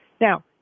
Now